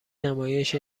نمایش